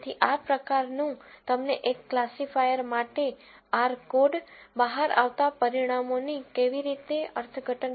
તેથી આ પ્રકારનું તમને એક ક્લાસિફાયર માટે R કોડ બહાર આવતા પરિણામોની કેવી રીતે અર્થઘટન કરવી તે એક વિચાર આપે છે